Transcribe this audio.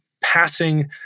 passing